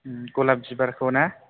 गलाब बिबारखौ ना